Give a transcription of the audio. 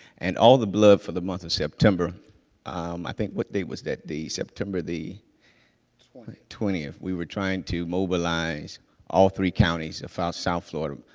and all the blood for the month of september i think what day was that day, september the twentieth. twentieth, we were trying to mobilize all three counties of south south florida,